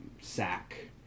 sack